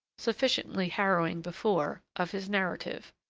sufficiently harrowing before, of his narrative.